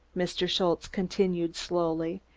mr. schultze continued slowly.